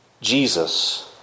Jesus